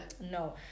No